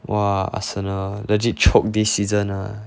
!wah! arsenal legit choke this season ah